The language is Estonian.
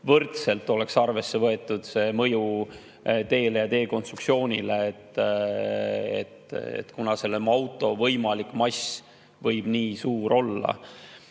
võrdselt arvesse võetud mõju teele ja teekonstruktsioonile, kuna selle auto võimalik mass on nii suur.